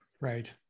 Right